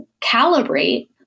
calibrate